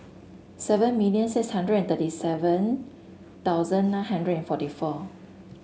seven million six hundred and thirty seven thousand nine hundred and forty four